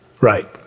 Right